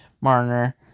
Marner